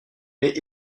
n’est